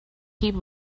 heap